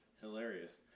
hilarious